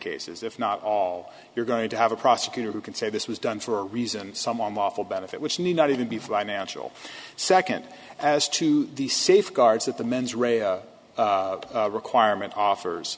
cases if not all you're going to have a prosecutor who can say this was done for a reason some awful benefit which need not even be financial second as to the safeguards that the mens rea requirement offers